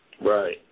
Right